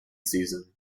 season